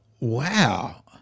Wow